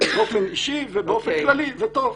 באופן אישי ובאופן כללי זה טוב.